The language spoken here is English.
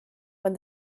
when